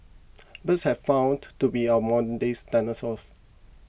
birds have found to be our modern days dinosaurs